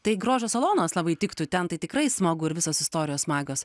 tai grožio salonas labai tiktų ten tai tikrai smagu ir visos istorijos smagios